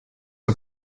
que